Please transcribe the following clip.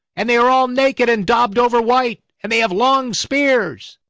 and they are all naked, and daubed over white, and they have long spears.